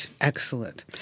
Excellent